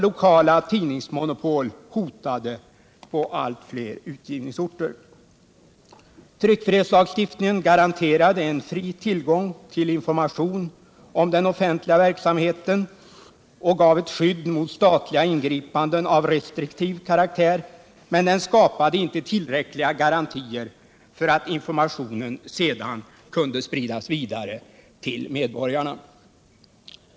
Lokala tidningsmonopol hotade på allt fler utgivningsorter. Tryck frihetslagstiftningen garanterade en fri tillgång till information om den offentliga verksamheten och gav ett skydd mot statliga ingripanden av restriktiv karaktär, men den skapade inte tillräckliga garantier för att informationen sedan kunde spridas vidare till medborgarna.